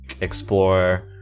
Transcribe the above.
explore